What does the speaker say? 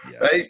right